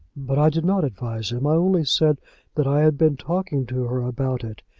but i did not advise him. i only said that i had been talking to her about it.